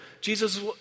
Jesus